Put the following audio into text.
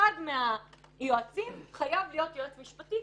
אחד מהיועצים חייב להיות יועץ משפטי,